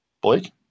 Blake